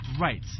Right